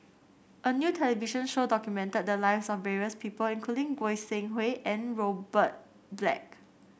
a new television show documented the lives of various people including Goi Seng Hui and Robert Black